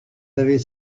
avez